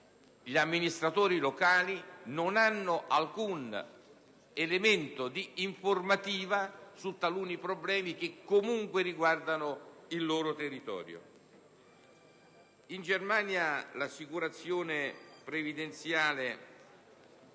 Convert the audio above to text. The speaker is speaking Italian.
gli amministratori locali non hanno alcun elemento di informativa su taluni problemi che comunque riguardano il loro territorio. In Germania - lo dico per conoscenza e